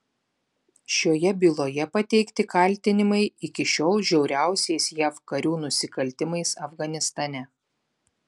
šioje byloje pateikti kaltinimai iki šiol žiauriausiais jav karių nusikaltimais afganistane